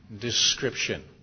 description